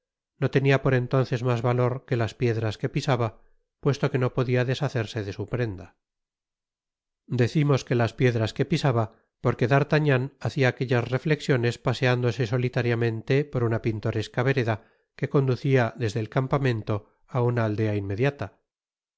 no tenia por entonces mas valor que las piedras que pisaba puesto que no podia deshacerse de su prenda decimos que las piedras que pisaba porque d'artagnan hacia aquellas reflexiones paseándose solitariamente por una pintoresca vereda que conducia desde el campamento á una aldea inmediata